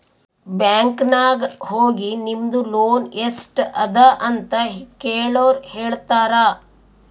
bank ನಾಗ್ ಹೋಗಿ ನಿಮ್ದು ಲೋನ್ ಎಸ್ಟ್ ಅದ ಅಂತ ಕೆಳುರ್ ಹೇಳ್ತಾರಾ